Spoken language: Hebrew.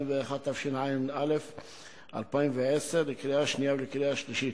121), התשע"א 2010, לקריאה שנייה ולקריאה שלישית.